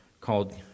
called